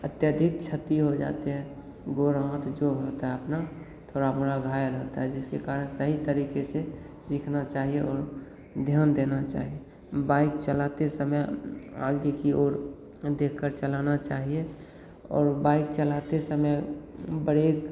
अत्यधिक क्षति हो जाते हैं गोड़ हाथ जो होता है अपना थोड़ा मोरा घायल होता है जिसके कारण सही तरीके से सीखना चाहिए और ध्यान देना चाहिए बाइक चलाते समय आगे की ओर देख कर चलाना चाहिए और बाइक चलाते समय ब्रेक